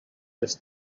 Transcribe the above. les